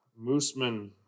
Mooseman